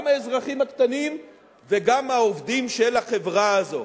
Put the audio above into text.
גם האזרחים הקטנים וגם העובדים של החברה הזו.